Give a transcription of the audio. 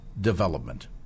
development